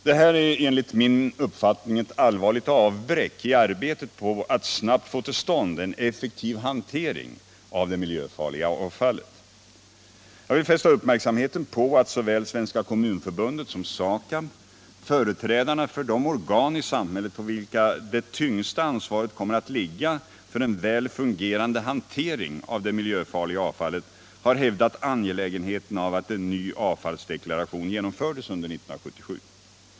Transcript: Det här är enligt min uppfattning ett allvarligt avbräck i arbetet på att snabbt få till stånd en effektiv hantering av det miljöfarliga avfallet. Jag vill fästa uppmärksamheten på att såväl Svenska kommunförbundet som SAKAB, företrädarna för de organ i samhället på vilka det tyngsta ansvaret för en väl fungerande hantering av det miljöfarliga avfallet kommer att ligga, har hävdat angelägenheten av att en ny avfallsdeklaration genomfördes under 1977.